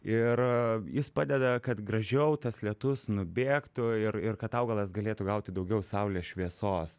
ir jis padeda kad gražiau tas lietus nubėgtų ir ir kad augalas galėtų gauti daugiau saulės šviesos